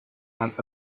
and